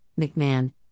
McMahon